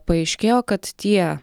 paaiškėjo kad tie